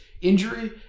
injury